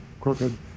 crooked